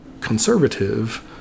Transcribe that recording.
conservative